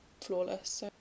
flawless